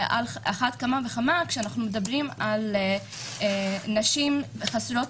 ועל אחת כמה וכמה כשאנחנו מדברים על נשים חסרות